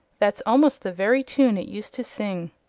that's almost the very tune it used to sing.